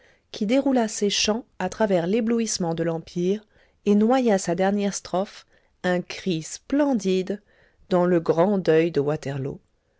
qui déroula ses chants à travers l'éblouissement de l'empire et noya sa dernière strophe un cri splendide dans le grand deuil de waterloo